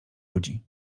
ludzi